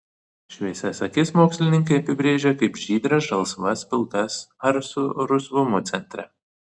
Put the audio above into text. šviesias akis mokslininkai apibrėžia kaip žydras žalsvas pilkas ar su rusvumu centre